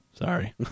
Sorry